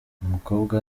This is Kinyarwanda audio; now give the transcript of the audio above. umukobwa